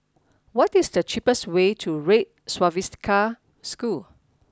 what is the cheapest way to Red Swastika School